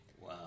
Wow